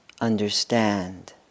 understand